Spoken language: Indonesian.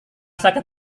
sakit